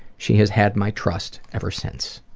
she has had my trust ever since.